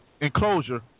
enclosure